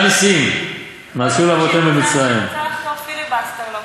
"עשרה נסים נעשו לאבותינו במצרים" היא רוצה לחטוף פיליבסטר לאופוזיציה,